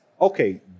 okay